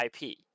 IP